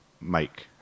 Mike